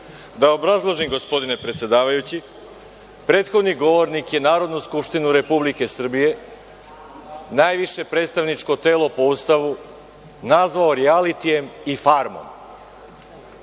obrazložim, gospodine predsedavajući, prethodni govornik je Narodnu skupštinu Republike Srbije, najviše predstavničko telo po Ustavu, nazvao „rijalitijem“ i „Farmom“